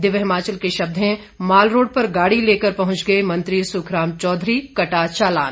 दिव्य हिमाचल के शब्द हैं मालरोड पर गाड़ी लेकर पहुंच गए मंत्री सुखराम चौघरी कटा चालान